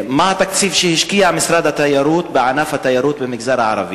מה התקציב שהשקיע משרד התיירות בענף התיירות במגזר הערבי?